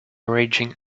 raging